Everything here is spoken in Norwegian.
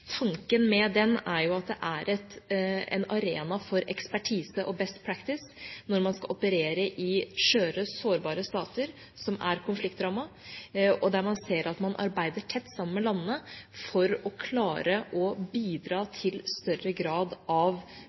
Tanken med den er at det er en arena for ekspertise og «best practice» når man skal operere i skjøre, sårbare stater som er konfliktrammet, og at man arbeider tett sammen med landene for å klare å bidra til større grad av